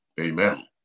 amen